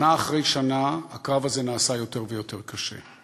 שנה אחרי שנה הקרב הזה נעשה יותר ויותר קשה,